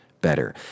better